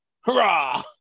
Hurrah